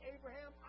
Abraham